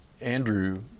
Andrew